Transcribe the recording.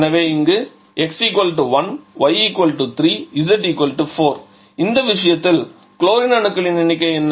எனவே இங்கு x 1 y 3 z 4 இந்த விஷயத்தில் குளோரின் அணுக்களின் எண்ணிக்கை என்ன